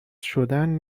شدن